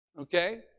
Okay